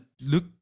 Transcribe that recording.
look